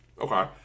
Okay